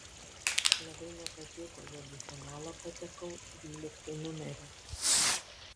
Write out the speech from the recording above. labai nepatiko jog į finalą patekau dvyliktu numeriu